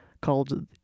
called